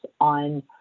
on